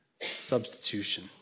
substitution